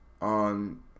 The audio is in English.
on